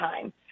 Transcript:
time